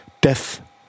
death